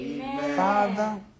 father